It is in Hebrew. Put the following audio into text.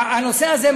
הנושא הזה,